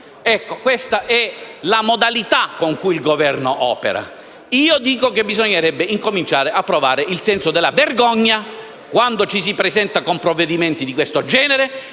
medico. Questa è la modalità con cui il Governo opera. Io dico che bisognerebbe incominciare a provare il senso della vergogna quando ci si presenta con provvedimenti di questo genere,